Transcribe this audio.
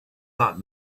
that